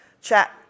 chat